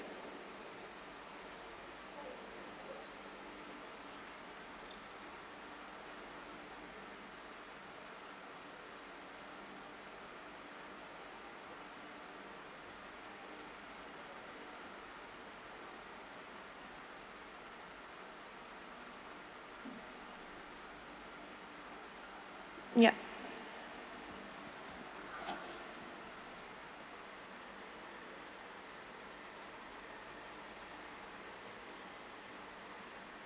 ya